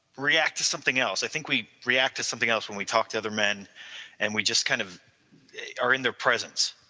react to something else. i think we react to something else, when we talk to other men and we just kind of are in their presence